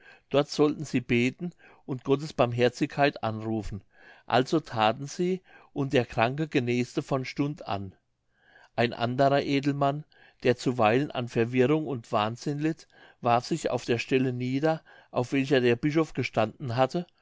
dort sollten sie beten und gottes barmherzigkeit anrufen also thaten sie und der kranke genesete von stund an ein anderer edelmann der zuweilen an verwirrung und wahnsinn litt warf sich auf der stelle nieder auf welcher der bischof gestanden hatte